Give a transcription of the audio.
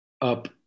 up